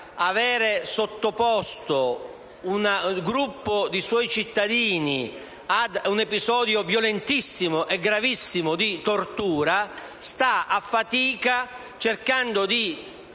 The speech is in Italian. aver sottoposto un gruppo di suoi cittadini ad un episodio violentissimo e gravissimo di tortura, sta cercando a